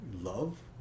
love